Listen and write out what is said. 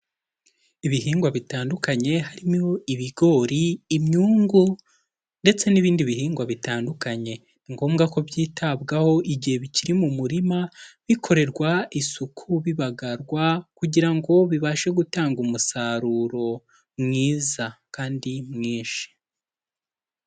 Ibihingwa bitandukanye harimo ibigori, imyungu, ndetse n'ibindi bihingwa bitandukanye, ni ngombwa ko byitabwaho igihe bikiri mu murima, bikorerwa isuku, bibagarwa kugira ngo bibashe gutanga umusaruro mwiza, kandi mwinshi.